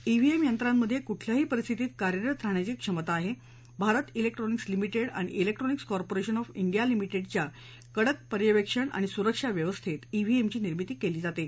ड्डीएम यंत्रांमध्ये कुठल्याही परिस्थितीत कार्यरत राहण्याची क्षमता आहे भारत जेक्ट्रॉनिक्स लिमिटेड आणि जेक्ट्रॉनिक्स कॉर्पोरिशन ऑफ डिया लिमिटेडच्या कडक पर्यवेक्षण आणि सुरक्षा व्यवस्थेत डिहीएमची निर्मिती केली जाते